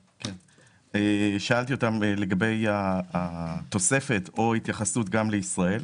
שאלתי אותם לגבי התוספת או ההתייחסות לישראל.